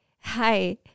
hi